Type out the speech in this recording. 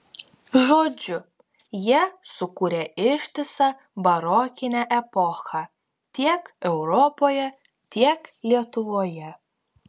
žodžiu jie sukūrė ištisą barokinę epochą tiek europoje tiek lietuvoje